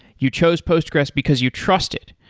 you chose postgressql because you trust it.